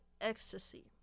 ecstasy